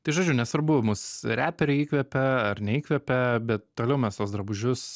tai žodžiu nesvarbu mus reperiai įkvepia ar neįkvepia bet toliau mes tuos drabužius